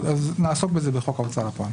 נעסוק בזה בחוק ההוצאה לפועל.